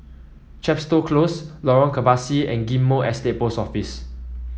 Chepstow Close Lorong Kebasi and Ghim Moh Estate Post Office